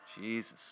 Jesus